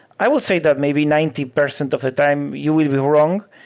i will say that maybe ninety percent of the time you will be wrong.